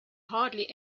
hardly